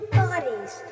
bodies